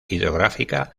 hidrográfica